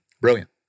Brilliant